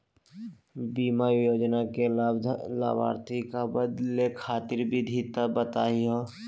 बीमा योजना के लाभार्थी क बदले खातिर विधि बताही हो?